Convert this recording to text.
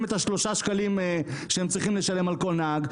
את השלושה שקלים שהם צריכים לשלם על כל נהג,